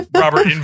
Robert